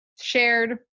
shared